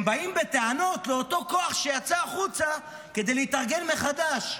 הם באים בטענות לאותו כוח שיצא החוצה כדי להתארגן מחדש.